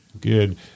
Good